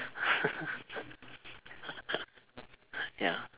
ya